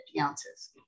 ounces